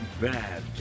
bad